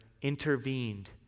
intervened